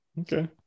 Okay